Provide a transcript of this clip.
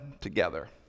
together